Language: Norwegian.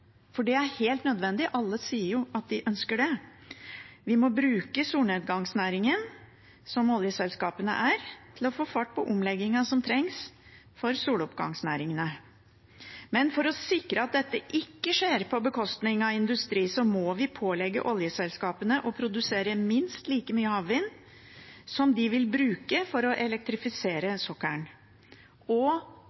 for det er helt nødvendig – alle sier jo at de ønsker det. Vi må bruke solnedgangsnæringen, som oljeselskapene er, til å få fart på omleggingen som trengs for soloppgangsnæringene. Men for å sikre at dette ikke skjer på bekostning av industri, må vi pålegge oljeselskapene å produsere minst like mye havvind som de vil bruke for å elektrifisere